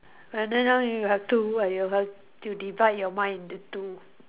and then now you have two and you have to you divide your mind into two